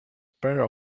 pair